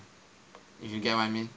if you get what I mean